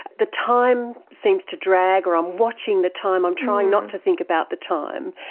the time seems to drag or i'm watching the time, i'm trying not to think about the time.